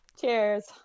Cheers